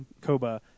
Koba